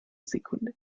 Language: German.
sekunde